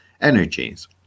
energies